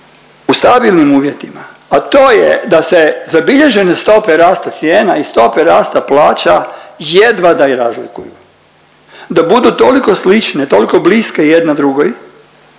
U stabilnim uvjetima, a to je da se zabilježene stope rasta cijena i stope rasta plaća jedva da i razlikuju, da budu toliko slične, toliko bliske jedna drugoj